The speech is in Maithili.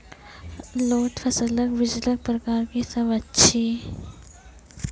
लोत फसलक बीजक प्रकार की सब अछि?